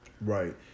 Right